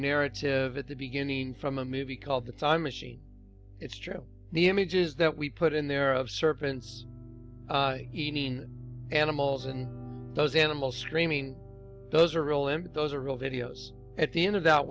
narrative at the beginning from a movie called the time machine it's true the images that we put in there of serpents eating animals and those animal screaming those are real and those are real videos at the end of that